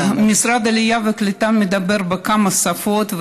משרד העלייה והקליטה מדבר בכמה שפות,